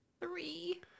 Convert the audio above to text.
Three